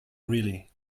really